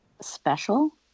special